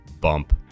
bump